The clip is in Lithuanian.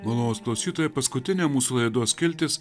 malonūs klausytojai paskutinė mūsų laidos skiltis